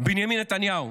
בנימין נתניהו.